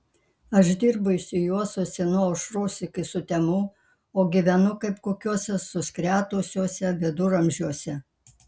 aš dirbu išsijuosusi nuo aušros iki sutemų o gyvenu kaip kokiuose suskretusiuose viduramžiuose